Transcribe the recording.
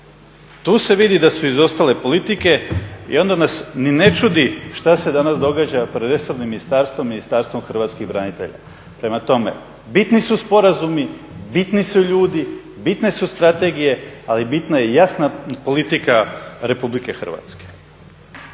Tu se vidi da su izostale politike i onda nas ni ne čudi što se danas događa pred resornim ministarstvom, Ministarstvom hrvatskih branitelja. Prema tome, bitni su sporazumi, bitni su ljudi, bitne su strategije, ali bitna je i jasna politika Republike Hrvastke.